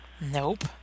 Nope